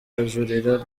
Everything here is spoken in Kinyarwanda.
ajurira